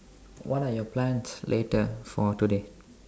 what are your plans later for today